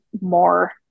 more